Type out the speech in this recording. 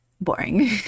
boring